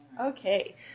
Okay